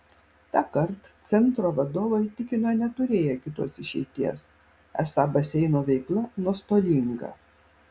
tąkart centro vadovai tikino neturėję kitos išeities esą baseino veikla nuostolinga